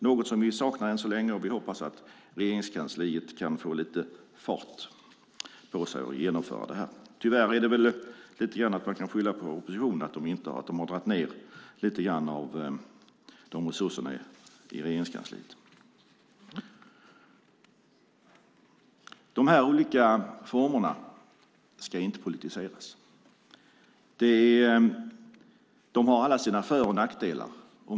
Det saknar vi än så länge, men vi hoppas att Regeringskansliet kan få lite fart och genomföra detta. Tyvärr kan man väl lite grann skylla på oppositionen, eftersom de har dragit ned på resurserna till Regeringskansliet. De här olika formerna ska inte politiseras. De har alla sina för och nackdelar.